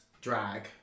drag